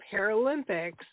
Paralympics